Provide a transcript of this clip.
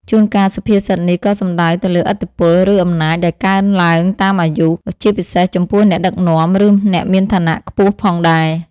ជួនកាលសុភាសិតនេះក៏សំដៅទៅលើឥទ្ធិពល ឬអំណាចដែលកើនឡើងតាមអាយុ ជាពិសេសចំពោះអ្នកដឹកនាំ ឬអ្នកមានឋានៈខ្ពស់ផងដែរ។